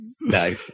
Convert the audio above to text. no